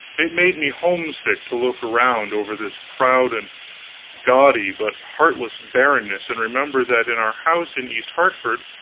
it made me homesick to look around over this proud and gaudy but heartless barrenness and remember that in our house in east hartford,